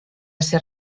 ser